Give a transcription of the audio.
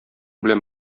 белән